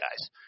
guys